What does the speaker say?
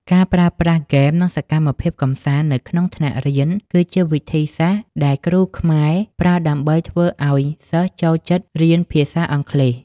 ការប្រើប្រាស់ហ្គេម និងសកម្មភាពកម្សាន្តនៅក្នុងថ្នាក់រៀន គឺជាវិធីសាស្ត្រដែលគ្រូខ្មែរប្រើដើម្បីធ្វើឱ្យសិស្សចូលចិត្តរៀនភាសាអង់គ្លេស។